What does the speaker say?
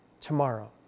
tomorrow